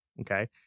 Okay